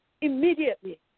immediately